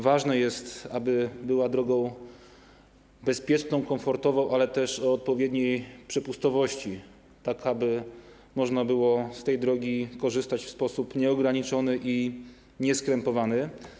Ważne jest więc, aby była drogą bezpieczną, komfortową, ale też o odpowiedniej przepustowości, tak aby można było z tej drogi korzystać w sposób nieograniczony i nieskrępowany.